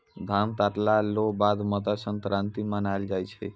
धान काटला रो बाद मकरसंक्रान्ती मानैलो जाय छै